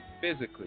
physically